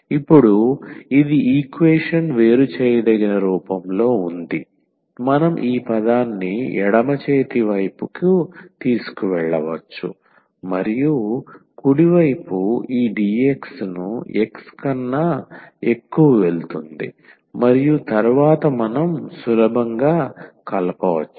ఇప్పుడు ఇది ఈక్వేషన్ వేరు చేయదగిన రూపంలో ఉంది మనం ఈ పదాన్ని ఎడమ చేతి వైపుకు తీసుకెళ్లవచ్చు మరియు కుడి వైపు ఈ dx ను x కన్నా ఎక్కువ వెళుతుంది మరియు తరువాత మనం సులభంగా కలపవచ్చు